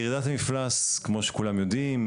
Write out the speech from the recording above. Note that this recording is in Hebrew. ירידת המפלס כמו שכולם יודעים,